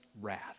wrath